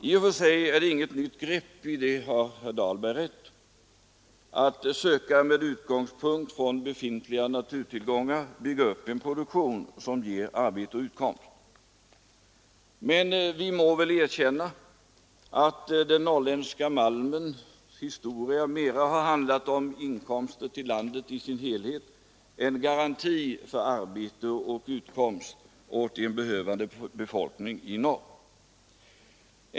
I och för sig är det inget nytt grepp — i det har herr Dahlberg rätt — att söka med utgångspunkt i befintliga naturtillgångar bygga upp en produktion som ger arbete och utkomst. Men vi må väl erkänna att den norrländska malmens historia mera har handlat om inkomster till landet i dess helhet än om garanti för arbete och utkomst åt en behövande befolkning i norr.